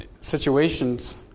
situations